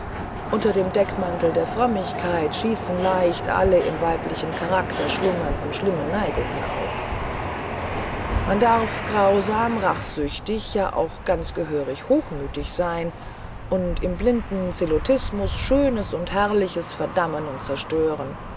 unter dem deckmantel der frömmigkeit schießen leicht alle im weiblichen charakter schlummernden schlimmen neigungen auf man darf grausam rachsüchtig und auch ganz gehörig hochmütig sein und im blinden zelotismus schönes und herrliches verdammen und zerstören